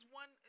one